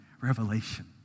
revelation